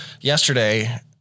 yesterday